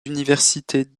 universités